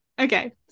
okay